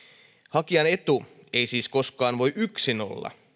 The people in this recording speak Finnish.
hakijan etu ei siis koskaan voi yksin olla